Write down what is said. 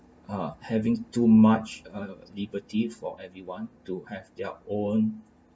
uh having too much uh liberty for everyone to have their own